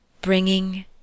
bringing